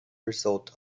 result